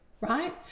right